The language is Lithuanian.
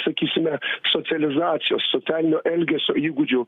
sakysime socializacijos socialinio elgesio įgūdžių